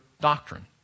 doctrine